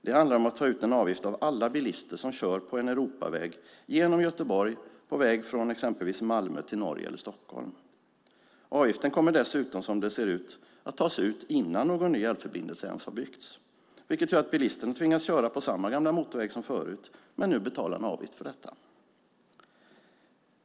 Det handlar om att ta ut en avgift av alla bilister som kör på en Europaväg genom Göteborg på väg från exempelvis Malmö till Norge eller Stockholm. Avgiften kommer dessutom, som det ser ut, att tas ut innan någon ny älvförbindelse ens har byggts, vilket gör att bilisterna tvingas köra på samma gamla motorväg som förut men nu betala en avgift för detta.